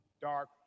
dark